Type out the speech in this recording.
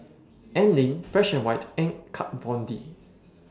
Anlene Fresh White and Kat Von D